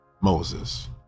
Moses